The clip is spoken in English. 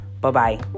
Bye-bye